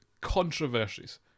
controversies